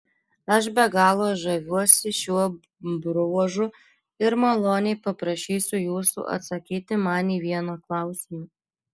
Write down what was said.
aš be galo žaviuosi šiuo bruožu ir maloniai paprašysiu jūsų atsakyti man į vieną klausimą